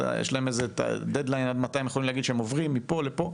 יש להם איזה דד-ליין שבו המורים צריכים להגיד אם הם עוברים מפה לפה.